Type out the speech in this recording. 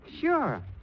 Sure